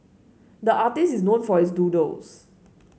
the artist is known for his doodles